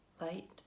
light